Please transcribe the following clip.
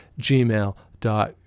gmail.com